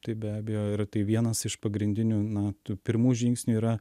taip be abejo ir tai vienas iš pagrindinių na tų pirmų žingsnių yra